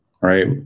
Right